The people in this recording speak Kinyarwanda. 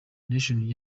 national